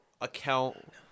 account